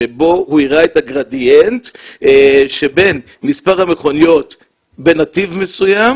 שבו הוא הראה את הגרדיאנט שבין מספר המכוניות בנתיב מסוים